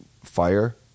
fire